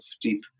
deep